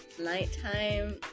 nighttime